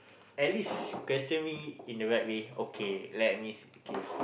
at least question me in the right way okay let me see kay